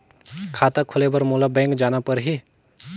खाता खोले बर मोला बैंक जाना परही?